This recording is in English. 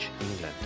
England